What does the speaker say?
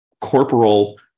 corporal